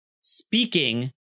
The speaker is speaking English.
speaking